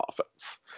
offense